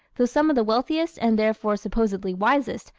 though some of the wealthiest, and therefore supposedly wisest,